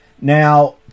Now